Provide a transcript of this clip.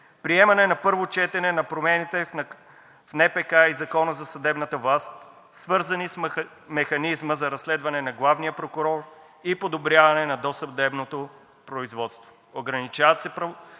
приемане на първо четене на промените в НПК и Закона за съдебната власт, свързани с механизма за разследване на главния прокурор и подобряване на досъдебното производство.